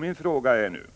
Min fråga är nu: